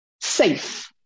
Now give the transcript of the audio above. safe